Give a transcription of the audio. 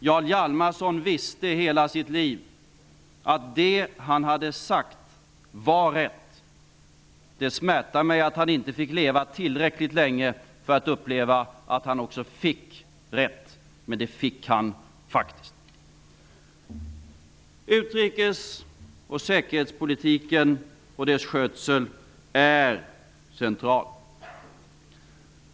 Jarl Hjalmarson visste i hela sitt liv att det han hade sagt var rätt. Det smärtar mig att han inte fick leva tillräckligt länge för att uppleva att han också fick rätt, men han fick faktiskt rätt. Utrikes och säkerhetspolitiken och dess skötsel är central.